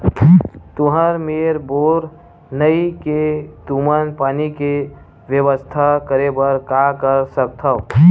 तुहर मेर बोर नइ हे तुमन पानी के बेवस्था करेबर का कर सकथव?